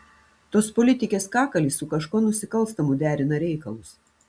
tos politikės kakalis su kažkuo nusikalstamu derina reikalus